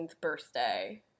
birthday